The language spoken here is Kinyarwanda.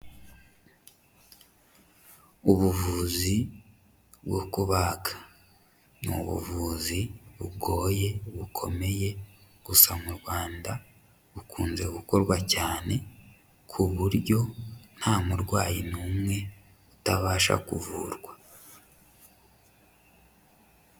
Ubuvuzi bwo kubaga ni ubuvuzi bugoye bukomeye gusa mu Rwanda bukunze gukorwa cyane ku buryo nta murwayi n'umwe utabasha kuvurwa.